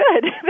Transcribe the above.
good